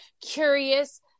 curious